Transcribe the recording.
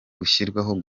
gushyirwaho